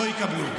לא יקבלו.